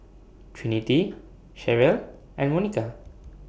Trinity Cherelle and Monica